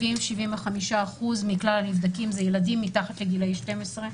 כ-70%-75% מכלל הנבדקים הם ילדים מתחת לגילי 12,